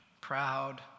proud